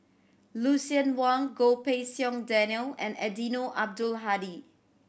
Lucien Wang Goh Pei Siong Daniel and Eddino Abdul Hadi